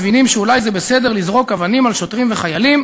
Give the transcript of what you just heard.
מבינים שאולי זה בסדר לזרוק אבנים על שוטרים וחיילים